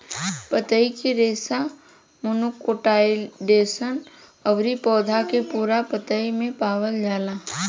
पतई के रेशा मोनोकोटाइलडोनस अउरी पौधा के पूरा पतई में पावल जाला